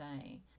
say